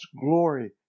glory